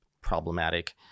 problematic